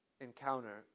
encounter